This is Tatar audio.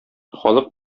халык